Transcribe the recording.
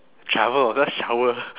travel that's shower